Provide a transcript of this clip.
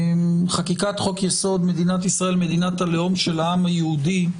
חקיקת חוק יסוד: ישראל מדינת הלאום של העם היהודי,